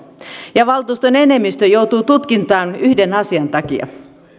ja valtuuston enemmistö joutuu tutkintaan yhden asian takia